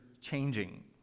changing